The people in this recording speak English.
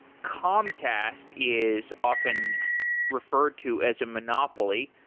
comcast is often referred to as a monopoly.